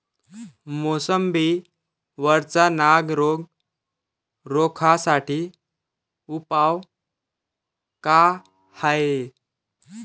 मोसंबी वरचा नाग रोग रोखा साठी उपाव का हाये?